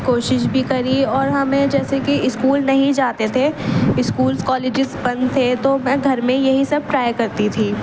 کوشش بھی کری اور ہمیں جیسے کہ اسکول نہیں جاتے تھے اسکولس کالجز بند تھے تو میں گھر میں یہی سب ٹرائی کرتی تھی